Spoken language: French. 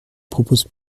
propose